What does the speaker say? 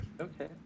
Okay